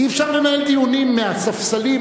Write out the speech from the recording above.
אי-אפשר לנהל דיונים מהספסלים.